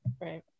right